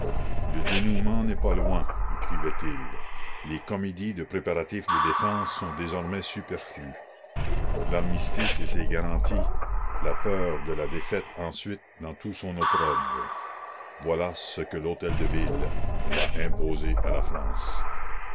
le dénoûment n'est pas loin écrivait-il les comédies de préparatifs de défense sont désormais superflues l'armistice et ses garanties la peur de la défaite ensuite dans tout son opprobre voilà ce que lhôtel deville va imposer à la france